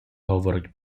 говорить